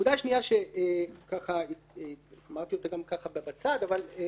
נקודה שנייה שאמרתי אותה גם בצד, אני